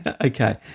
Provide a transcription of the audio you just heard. Okay